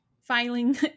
filing